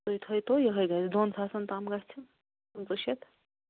تُہۍ تھٲوتَو یِہَے دۄن ساسَن تام گژھِ پٕنٛژٕہ شیٚتھ